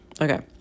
Okay